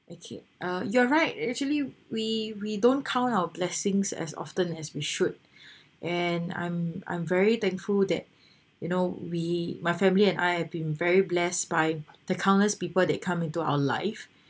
okay uh you're right actually we we don't count our blessings as often as we should and I'm I'm very thankful that you know we my family and I have been very blessed by the countless people that come into our life